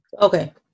Okay